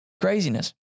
Craziness